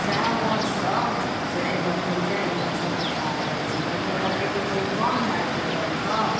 सएह माँछसब से एहिमे एखन तऽ ई माछसब एखन देखार करै छै जहन फेर नदीके पानि कम भऽ गेल बाढ़िके